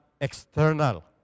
external